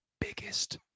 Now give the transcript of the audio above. biggest